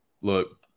Look